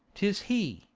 tis he,